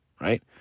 right